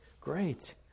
great